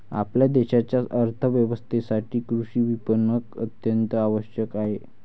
आपल्या देशाच्या अर्थ व्यवस्थेसाठी कृषी विपणन अत्यंत आवश्यक आहे